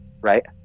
right